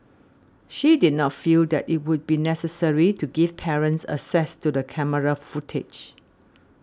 she did not feel that it would be necessary to give parents access to the camera footage